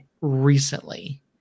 recently